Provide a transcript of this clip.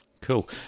Cool